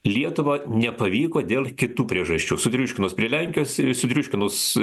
lietuvą nepavyko dėl kitų priežasčių sutriuškinus prie lenkijos sutriuškinus